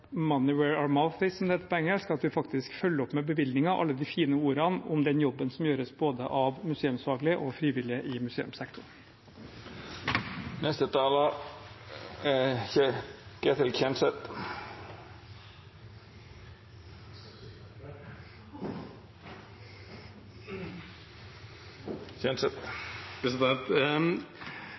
det heter på engelsk: at vi faktisk følger opp med bevilgninger alle de fine ordene om den jobben som gjøres både av museumsfaglige og av frivillige i museumssektoren. Jeg synes vi er